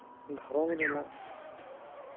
ᱫᱷᱚᱨᱚᱢ ᱨᱮᱱᱟᱜ